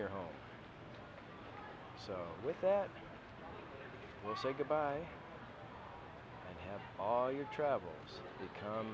your home so with that we'll say goodbye and have all your travel